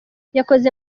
yakoze